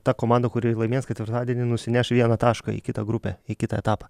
ta komanda kuri laimės ketvirtadienį nusineš vieną tašką į kitą grupę į kitą etapą